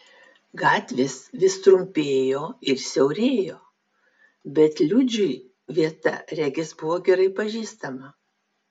gatvės vis trumpėjo ir siaurėjo bet liudžiui vieta regis buvo gerai pažįstama